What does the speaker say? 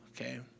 okay